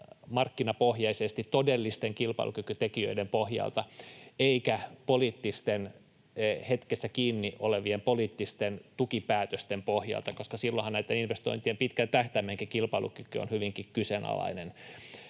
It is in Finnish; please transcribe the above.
markkinapohjaisesti todellisten kilpailukykytekijöiden pohjalta eikä hetkessä kiinni olevien poliittisten tukipäätösten pohjalta, koska silloinhan näitten investointien pitkän tähtäimen kilpailukyky on hyvinkin kyseenalainen.